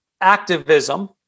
activism